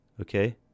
okay